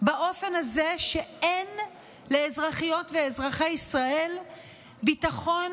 באופן כזה שאין לאזרחיות ואזרחי ישראל ביטחון